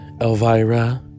Elvira